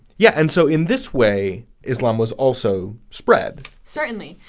yeah and so, in this way islam was also spread. certainly.